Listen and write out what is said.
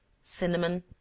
cinnamon